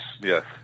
yes